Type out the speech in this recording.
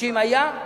שאם היה,